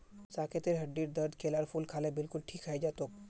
साकेतेर हड्डीर दर्द केलार फूल खा ल बिलकुल ठीक हइ जै तोक